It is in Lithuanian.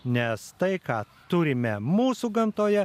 nes tai ką turime mūsų gamtoje